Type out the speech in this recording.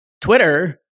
Twitter